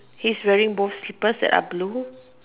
he is wearing both slippers that are blue